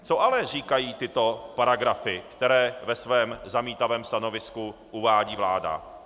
Co ale říkají tyto paragrafy, které ve svém zamítavém stanovisku uvádí vláda?